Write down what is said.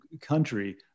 country